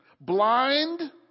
Blind